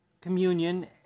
communion